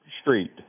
street